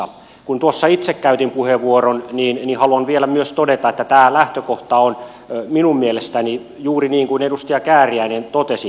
kun tuossa itse käytin puheenvuoron niin haluan vielä myös todeta että tämä lähtökohta on minun mielestäni juuri niin kuin edustaja kääriäinen totesi